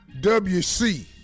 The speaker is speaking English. WC